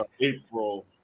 April